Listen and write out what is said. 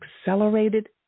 accelerated